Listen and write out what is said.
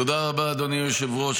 תודה רבה, אדוני היושב-ראש.